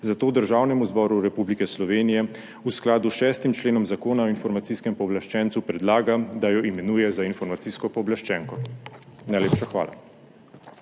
zato Državnemu zboru Republike Slovenije v skladu s 6. členom Zakona o Informacijskem pooblaščencu predlaga, da jo imenuje za informacijsko pooblaščenko. Najlepša hvala.